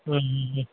ம் ம் ம்